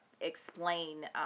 explain